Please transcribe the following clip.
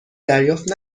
دریافت